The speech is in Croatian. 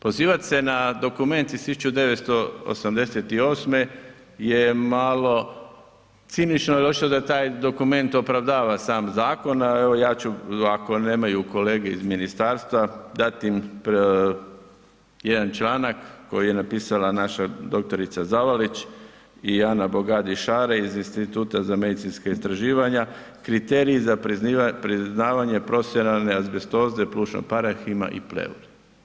Pozivat se na dokument iz 1988. je malo cinično jel očito da taj dokument opravdava sam zakon, evo ja ću ako nemaju kolege iz ministarstva dat im jedan članak koji je napisala naša dr. Zavalić i Ana Bogadi Šare iz Instituta za medicinska istraživanja, Kriteriji za priznavanje profesionalne azbestoze plućnog parenhima i pleure.